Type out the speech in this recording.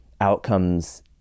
outcomes